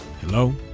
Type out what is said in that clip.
Hello